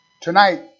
tonight